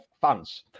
fans